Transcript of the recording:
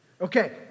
Okay